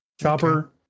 Chopper